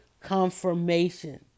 confirmation